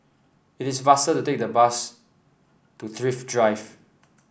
it is faster to take the bus to Thrift Drive